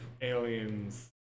aliens